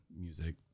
music